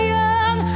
young